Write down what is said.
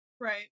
Right